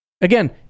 again